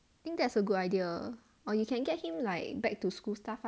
think that's a good idea or you can get him like back to school stuff